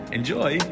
Enjoy